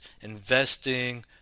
investing